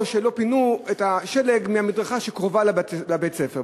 או שלא פינו את השלג מהמדרכה הקרובה לבית-הספר.